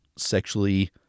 sexually